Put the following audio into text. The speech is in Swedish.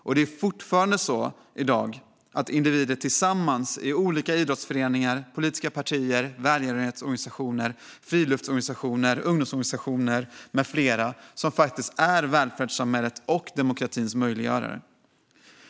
Det är fortfarande så att det är individer tillsammans i olika idrottsföreningar, politiska partier, välgörenhetsorganisationer, friluftsorganisationer, ungdomsorganisationer med flera som är välfärdssamhällets och demokratins möjliggörare.